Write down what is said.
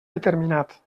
determinat